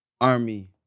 army